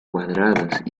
cuadradas